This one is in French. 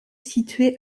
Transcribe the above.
situés